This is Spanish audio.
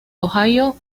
ohio